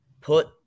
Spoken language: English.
Put